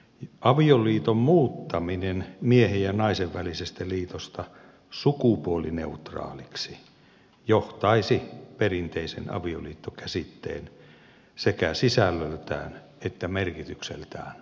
avioliiton muuttaminen miehen ja naisen välisestä liitosta sukupuolineutraaliksi johtaisi perinteisen avioliittokäsitteen muuttumiseen se kä sisällöltään että merkitykseltään